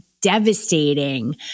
devastating